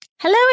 Hello